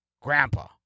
Grandpa